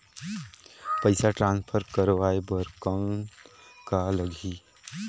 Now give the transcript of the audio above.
पइसा ट्रांसफर करवाय बर कौन का लगही?